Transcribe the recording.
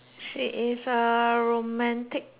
a romantic